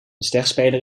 sterspeler